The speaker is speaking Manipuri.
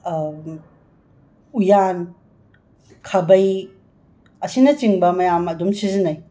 ꯎꯌꯥꯟ ꯈꯥꯕꯩ ꯑꯁꯤꯅꯆꯤꯡꯕ ꯃꯌꯥꯝ ꯑꯗꯨꯝ ꯁꯤꯖꯤꯟꯅꯩ